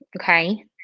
okay